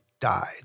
died